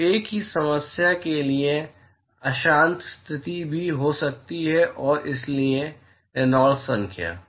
तो एक ही समस्या के लिए अशांत स्थिति भी हो सकती है और इसलिए रेनॉल्ड्स संख्या